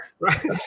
Right